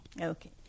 Okay